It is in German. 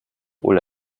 ulla